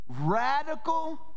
radical